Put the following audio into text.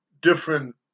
different